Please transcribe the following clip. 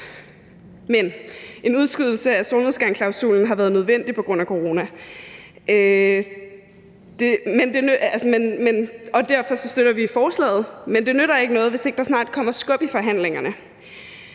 Men en udskydelse af solnedgangsklausulen har været nødvendig på grund af corona. Derfor støtter vi forslaget. Men det nytter ikke noget, hvis ikke der snart kommer skub i forhandlingerne.